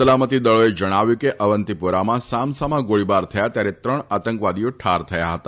સલામતિદળોએ જણાવ્યું છે કે અવંતિપોરામાં સામસામા ગોળીબાર થયા ત્યારે ત્રણ આતંકવાદીઓ ઠાર થયા હતા